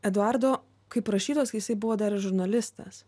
eduardo kaip rašytojas jisai buvo dar ir žurnalistas